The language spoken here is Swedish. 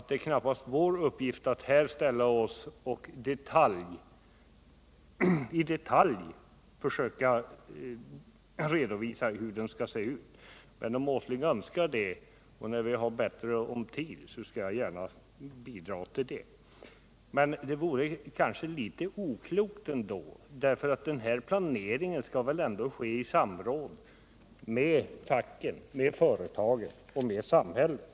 Det är knappast vår uppgift att i detalj försöka redovisa hur den skall se ut, men om Nils Åsling önskar det skall jag gärna bidra vid ett tillfälle då vi har mer gott om tid. Men det vore kanske ändå litet oklokt — denna planering skall väl ske i samråd mellan facket, företagen och samhället?